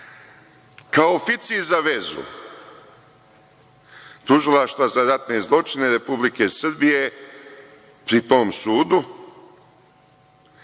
Kao oficir za vezu Tužilaštva za ratne zločine Republike Srbije pri tom sudu